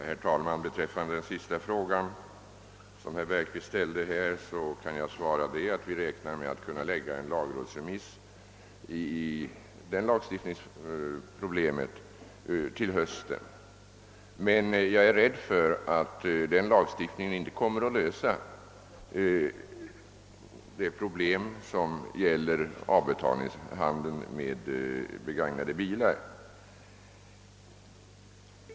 Herr talman! I anledning av den fråga som herr Bergqvist avslutningsvis ställde kan jag meddela, att vi räknar med att kunna lägga fram en lagrådsremiss beträffande den aktuella lagstiftningen till hösten. Men jag fruktar att denna lagstiftning inte kommer att lösa problemen i samband med avbetalningshandeln med begagnade bilar.